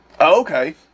okay